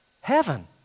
heaven